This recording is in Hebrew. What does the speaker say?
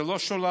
זה לא שוליים,